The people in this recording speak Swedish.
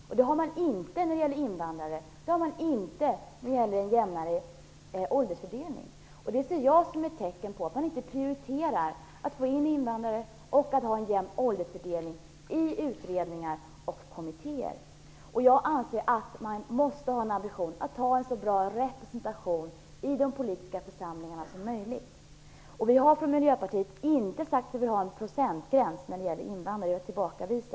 Det målet har man inte när det gäller invandrare och inte när det gäller en jämnare åldersfördelning. Det ser jag som ett tecken på att man inte prioriterar att få in invandrare och att få en jämn åldersfördelning i utredningar och kommittéer. Jag anser att man måste ha ambitionen att ha en så bra representation som möjligt i de politiska församlingarna. Vi i Miljöpartiet har inte sagt att vi vill ha en procentgräns för invandrarrepresentationen. Det vill jag tillbakavisa.